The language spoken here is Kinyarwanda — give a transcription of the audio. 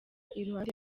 iruhande